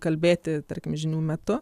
kalbėti tarkim žinių metu